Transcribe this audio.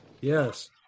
Yes